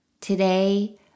today